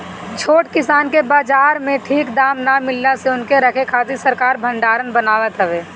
छोट किसान के बाजार में ठीक दाम ना मिलला से उनके रखे खातिर सरकार भडारण बनावत हवे